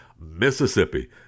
Mississippi